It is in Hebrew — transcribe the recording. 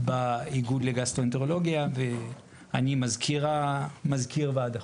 באיגוד לגסטרואנטרולוגיה ואני מזכיר ועד החוג.